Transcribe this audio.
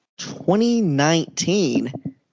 2019